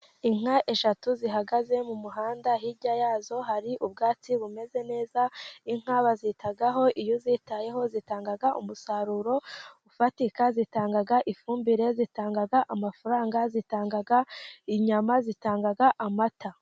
Inka eshatu zihagaze mu muhanda, hirya yazo hari ubwatsi bumeze neza, inka bazitaho, iyo uzitayeho zitanga umusaruro ufatika, zitanga ifumbire, zitanga amafaranga, zitanga inyama, zitanga amata.